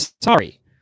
sorry